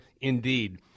indeed